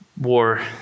war